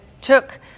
took